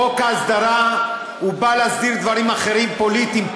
חוק ההסדרה בא להסדיר דברים אחרים, פוליטיים.